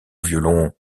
violon